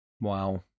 Wow